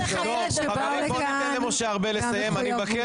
אני מבקש לתת למשה ארבל לסיים את דבריו.